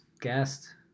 guest